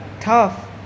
tough